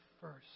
first